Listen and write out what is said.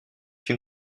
une